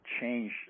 change